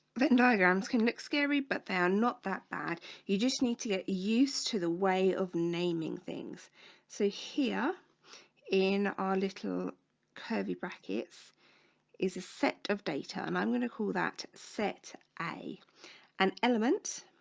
venn diagrams can look scary, but they are not that bad you just need to get used to the way of naming things so here in our little curly brackets is a set of data and i'm going to call that set a and element